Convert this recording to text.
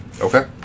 Okay